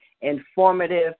informative